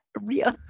real